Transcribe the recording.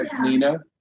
Nina